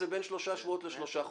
זה בין שלושה שבועות לשלושה חודשים.